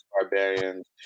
Barbarians